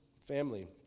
family